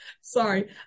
Sorry